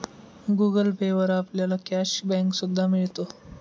Google Pay वर आपल्याला cash back सुद्धा मिळतो